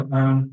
own